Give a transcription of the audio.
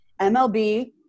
MLB